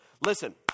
Listen